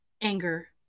anger